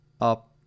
up